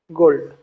gold